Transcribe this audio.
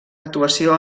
actuació